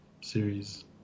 series